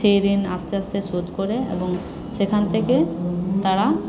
সেই ঋণ আস্তে আস্তে শোধ করে এবং সেখান থেকে তারা